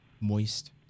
moist